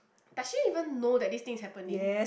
does she even know that this thing is happening